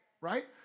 right